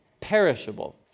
Perishable